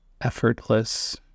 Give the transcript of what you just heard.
effortless